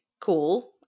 Cool